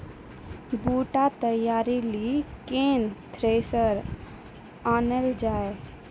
बूटा तैयारी ली केन थ्रेसर आनलऽ जाए?